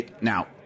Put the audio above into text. Now